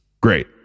great